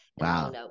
wow